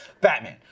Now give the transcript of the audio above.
Batman